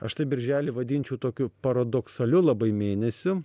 aš tai birželį vadinčiau tokiu paradoksaliu labai mėnesiu